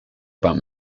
about